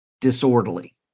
disorderly